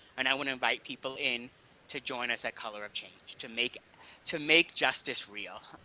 and i want to invite people in to join us at color of change to make to make justice real.